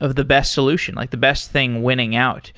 of the best solution, like the best thing winning out.